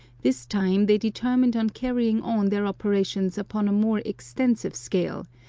this time they determined on carrying on their operations upon a more extensive scale,